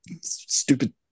stupid